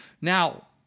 Now